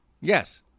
yes